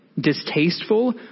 distasteful